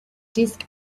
desk